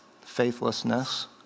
Faithlessness